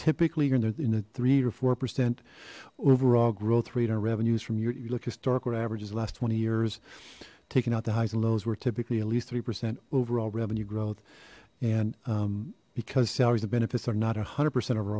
typically are in a three or four percent overall growth rate our revenues from you look historical averages last twenty years taking out the highs and lows we're typically at least three percent overall revenue growth and because salaries the benefits are not a hundred percent